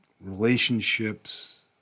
relationships